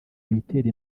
ibitera